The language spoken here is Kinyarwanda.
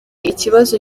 ikibazo